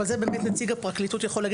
אבל זה נציג הפרקליטות יכול להגיד,